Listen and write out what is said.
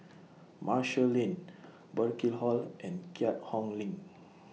Marshall Lane Burkill Hall and Keat Hong LINK